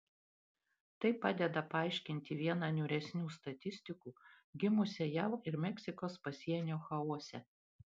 tai padeda paaiškinti vieną niūresnių statistikų gimusią jav ir meksikos pasienio chaose